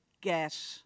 get